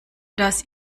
das